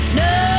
no